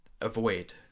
avoid